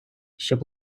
щоб